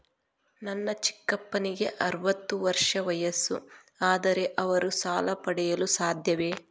ನನ್ನ ಚಿಕ್ಕಪ್ಪನಿಗೆ ಅರವತ್ತು ವರ್ಷ ವಯಸ್ಸು, ಆದರೆ ಅವರು ಸಾಲ ಪಡೆಯಲು ಸಾಧ್ಯವೇ?